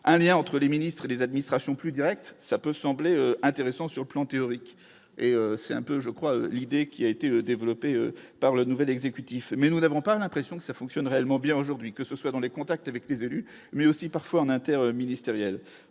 un lien entre les ministres et des administrations, plus Direct, ça peut sembler intéressant sur le plan théorique, et c'est un peu je crois l'idée qui a été développé par le nouvel exécutif mais nous n'avons pas l'impression que ça fonctionne réellement bien aujourd'hui que ce soit dans les contacts avec les élus, mais aussi parfois en ministériel